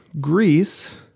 Greece